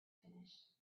finished